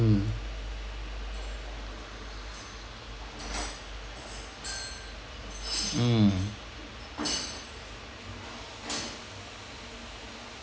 mm mm